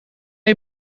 een